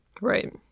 Right